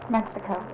Mexico